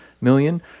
million